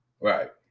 Right